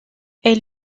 elle